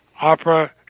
opera